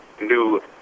new